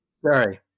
Sorry